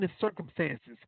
circumstances